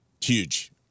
Huge